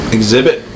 Exhibit